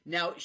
Now